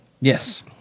Yes